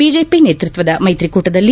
BJP ನೇತೃತ್ವದ ಮೈತ್ರಿಕೂಟದಲ್ಲಿ